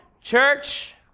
church